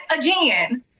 again